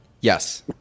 Yes